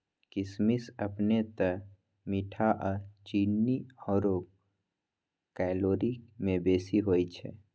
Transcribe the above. किशमिश अपने तऽ मीठ आऽ चीन्नी आउर कैलोरी में बेशी होइ छइ